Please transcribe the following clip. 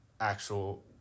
actual